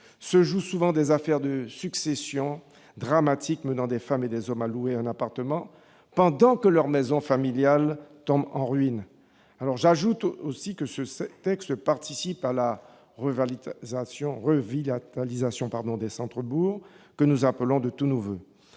se jouent souvent des affaires de successions dramatiques conduisant des femmes et des hommes à louer un appartement pendant que leur maison familiale tombe en ruines. J'ajoute que ce texte participe de la revitalisation des centres-bourgs, que nous appelons de tous nos voeux.